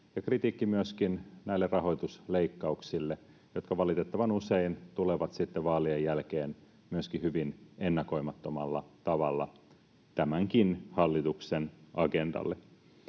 ja kritiikki myöskin näille rahoitusleikkauksille, jotka valitettavan usein tulevat sitten vaalien jälkeen myöskin hyvin ennakoimattomalla tavalla tämänkin hallituksen agendalle.